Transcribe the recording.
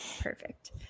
Perfect